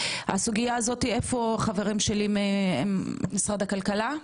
הסוגייה הזאתי איפה חברים שלי ממשרד הכלכלה?